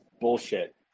bullshit